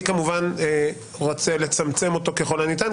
אני כמובן רוצה לצמצם אותו ככל הניתן,